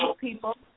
people